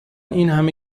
اینهمه